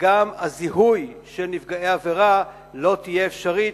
וגם הזיהוי של נפגעי עבירה לא יהיה אפשרי,